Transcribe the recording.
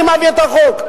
אני מעביר את החוק?